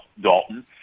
Dalton